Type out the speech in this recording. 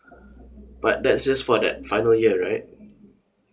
but that's just for that final year right